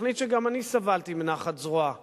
תוכנית שגם אני סבלתי מנחת זרועה